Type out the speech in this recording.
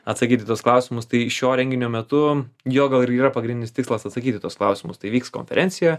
atsakyt į tuos klausimus tai šio renginio metu jo gal ir yra pagrindinis tikslas atsakyt į tuos klausimus tai vyks konferencija